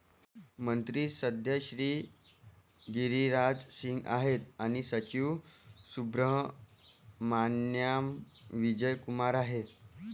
मंत्री सध्या श्री गिरिराज सिंग आहेत आणि सचिव सुब्रहमान्याम विजय कुमार आहेत